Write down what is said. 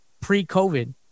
pre-COVID